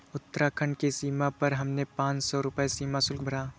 उत्तराखंड की सीमा पर हमने पांच सौ रुपए सीमा शुल्क भरा